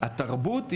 התרבות היא: